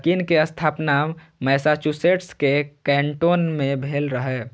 Dunkin के स्थापना Massachusetts के कैन्टोन मे भेल रहै